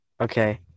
Okay